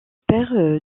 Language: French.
père